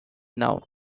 now